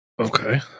Okay